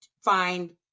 find